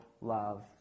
love